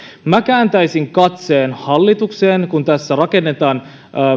minä kääntäisin katseen hallitukseen kun tässä rakennetaan